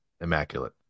Immaculate